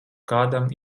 kādam